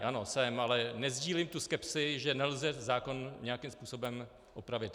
Ano, jsem, ale nesdílím tu skepsi, že nelze zákon nějakým způsobem opravit.